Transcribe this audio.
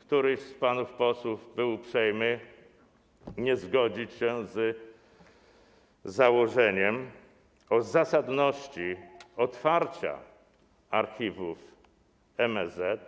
Któryś z panów posłów był uprzejmy nie zgodzić się z założeniem dotyczącym zasadności otwarcia archiwów MSZ